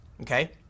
okay